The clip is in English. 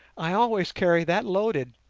i always carry that loaded,